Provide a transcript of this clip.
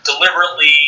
deliberately